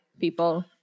people